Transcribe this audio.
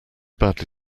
badly